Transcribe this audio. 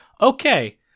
Okay